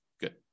Good